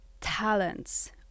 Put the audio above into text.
talents